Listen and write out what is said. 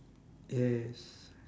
yes